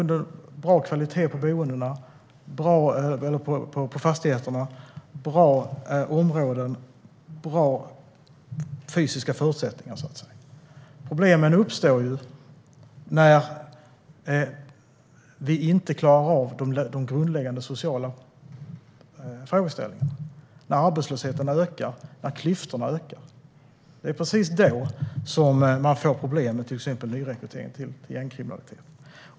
Det är i grunden bra kvalitet på fastigheterna. Det är bra områden med goda fysiska förutsättningar. Problemen uppstår när vi inte klarar av de grundläggande sociala frågorna, när arbetslösheten och klyftorna ökar. Det är precis då man får problem med till exempel nyrekrytering till gängkriminalitet.